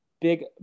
Big